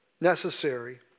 necessary